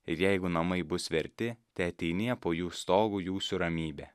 ir jeigu namai bus verti teateinie po jų stogu jūsų ramybė